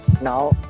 now